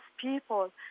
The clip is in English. people